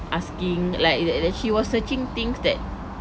asking like that that she was searching things that